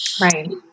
right